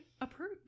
approve